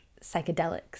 psychedelics